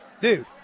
dude